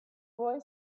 boy